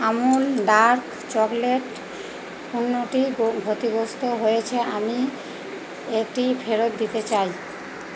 Amul dark chocolate পণ্যটি ক্ষতিগ্রস্ত হয়েছে আমি এটি ফেরত দিতে চাই